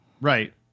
Right